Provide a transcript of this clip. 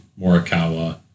Morikawa